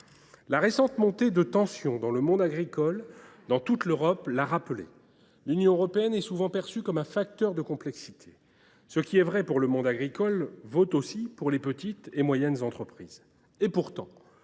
La récente montée de tension dans le monde agricole à travers toute l’Europe l’a rappelé : l’Union européenne est souvent perçue comme un facteur de complexité. Ce qui est vrai pour le monde agricole vaut aussi pour les petites et moyennes entreprises. Et pourtant,